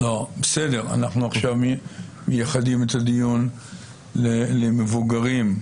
אנחנו עכשיו מייחדים את הדיון למבוגרים.